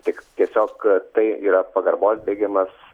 tik tiesiog tai yra pagarbos bėgimas